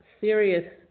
serious